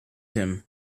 him